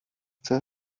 the